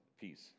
peace